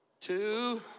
two